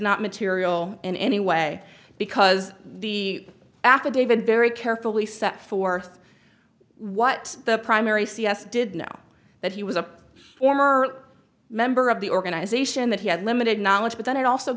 not material in any way because the affidavit very carefully set forth what the primary c s did know that he was a former member of the organization that he had limited knowledge but then it also